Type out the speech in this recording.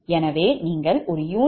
எனவே நீங்கள் ஒரு யூனிட்டுக்கு I23